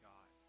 God